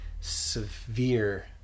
severe